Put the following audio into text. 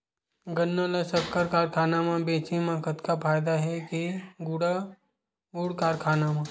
गन्ना ल शक्कर कारखाना म बेचे म जादा फ़ायदा हे के गुण कारखाना म?